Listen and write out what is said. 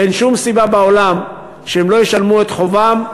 אין שום סיבה בעולם שהם לא ישלמו את חובם.